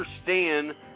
understand